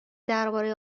درباره